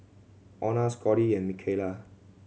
Ona Scottie and Mikalah